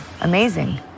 amazing